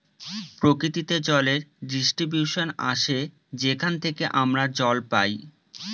প্রকৃতিতে জলের ডিস্ট্রিবিউশন আসে যেখান থেকে আমরা জল পাই